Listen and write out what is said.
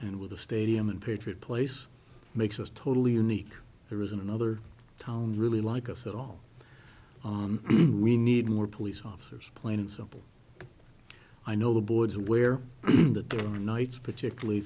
and with a stadium and patriot place makes us totally unique there isn't another town really like us at all we need more police officers plain and simple i know the board's aware that there are nights particularly